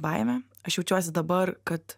baimę aš jaučiuosi dabar kad